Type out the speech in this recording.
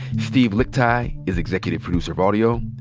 steve lickteig is executive producer of audio.